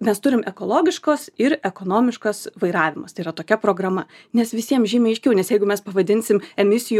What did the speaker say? nes turim ekologiškos ir ekonomiškas vairavimas tai yra tokia programa nes visiem žymiai aiškiau nes jeigu mes pavadinsim emisijų